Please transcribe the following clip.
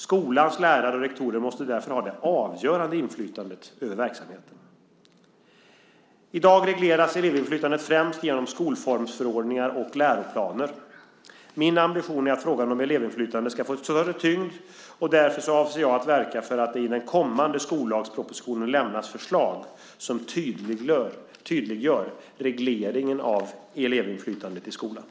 Skolans lärare och rektorer måste därför ha det avgörande inflytandet över verksamheten. I dag regleras elevinflytandet främst genom skolformsförordningar och läroplaner. Min ambition är att frågan om elevinflytande ska få större tyngd. Därför avser jag att verka för att det i den kommande skollagspropositionen lämnas förslag som tydliggör regleringen av elevinflytandet i skolan.